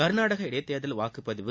கர்நாடக இடைத்தேர்தல் வாக்குப்பதிவு